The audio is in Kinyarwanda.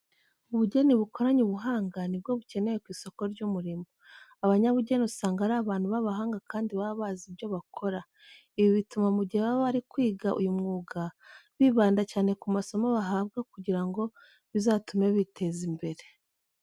Ubugeni bukoranye ubuhanga ni bwo bukenewe ku isoko ry'umurimo. Abanyabugeni usanga ari abantu b'abahanga kandi baba bazi ibyo bakora. Ibi bituma mu gihe baba bari kwiga uyu mwuga bibanda cyane ku masomo bahabwa kugira ngo bizatume biteza imbere.